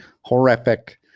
horrific